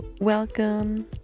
Welcome